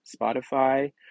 Spotify